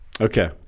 Okay